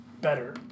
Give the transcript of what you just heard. better